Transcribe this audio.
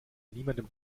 niemandem